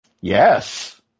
Yes